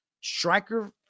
Striker